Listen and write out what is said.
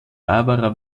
barbara